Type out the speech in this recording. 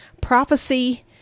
prophecy